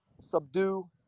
subdue